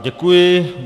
Děkuji.